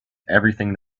everything